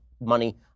money